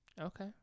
Okay